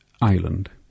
island